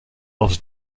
els